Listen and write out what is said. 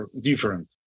different